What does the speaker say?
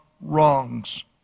wrongs